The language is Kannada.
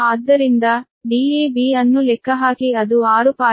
ಆದ್ದರಿಂದ Dab ಅನ್ನು ಲೆಕ್ಕಹಾಕಿ ಅದು 6